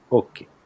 okay